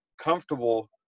comfortable